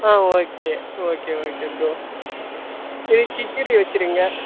ஆ okay okay okay bro இது கிச்சடி வச்சுடுங்க